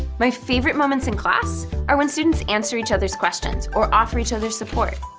my favorite moments in class are when students answer each other's questions or offer each other support.